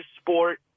sport